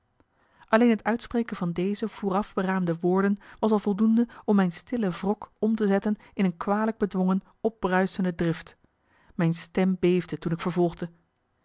alleen het uitspreken van deze vooraf beraamde marcellus emants een nagelaten bekentenis woorden was al voldoende om mijn stille wrok om te zetten in een kwalijk bedwongen opbruisende drift mijn stem beefde toen ik vervolgde